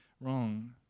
wrong